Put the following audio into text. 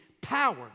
power